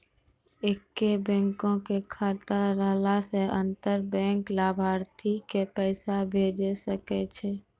एक्के बैंको के खाता रहला से अंतर बैंक लाभार्थी के पैसा भेजै सकै छै